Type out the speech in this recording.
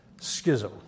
schism